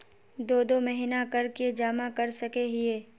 दो दो महीना कर के जमा कर सके हिये?